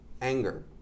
anger